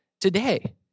today